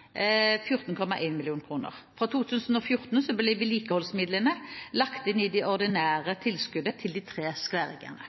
de tre skværriggerne.